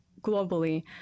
globally